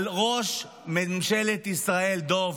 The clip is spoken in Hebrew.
על ראש ממשלת ישראל, דב.